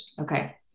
Okay